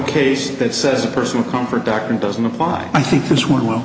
case that says a personal comfort doctrine doesn't apply i think this one will